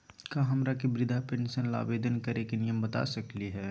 का हमरा के वृद्धा पेंसन ल आवेदन करे के नियम बता सकली हई?